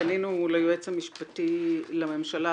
פנינו ליועץ המשפטי לממשלה,